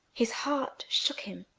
his heart shook him,